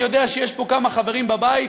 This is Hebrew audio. אני יודע שיש פה כמה חברים בבית,